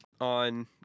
on